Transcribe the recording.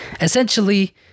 Essentially